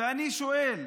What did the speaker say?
ואני שואל: